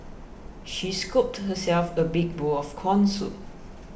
she scooped herself a big bowl of Corn Soup